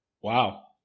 Wow